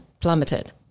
plummeted